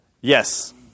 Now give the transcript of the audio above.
Yes